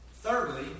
Thirdly